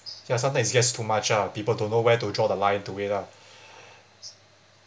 ya sometimes it gets too much ah people don't know where to draw the line to it lah